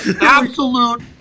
Absolute